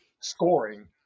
scoring